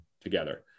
together